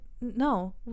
no